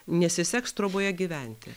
nesiseks troboje gyventi